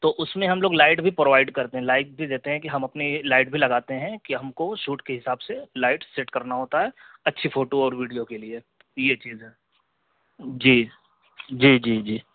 تو اس میں ہم لوگ لائٹ بھی پرووائڈ کرتے ہیں لائٹ بھی دیتے ہیں کہ ہم اپنی لائٹ بھی لگاتے ہیں کہ ہم کو شوٹ کے حساب سے لائٹ سیٹ کرنا ہوتا ہے اچھی فوٹو اور ویڈیو کے لیے یہ چیز ہے جی جی جی جی